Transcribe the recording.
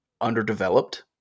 underdeveloped